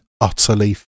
utterly